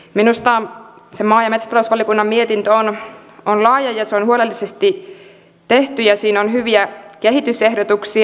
minusta maa ja metsätalousvaliokunnan mietintö on laaja ja se on huolellisesti tehty ja siinä on hyviä kehitysehdotuksia